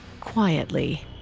quietly